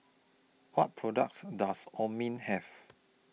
What products Does Have